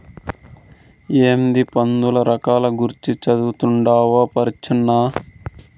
ఏందీ పందుల రకాల గూర్చి చదవతండావ్ పరీచ్చనా